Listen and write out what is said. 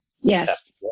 Yes